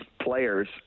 players